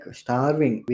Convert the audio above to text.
starving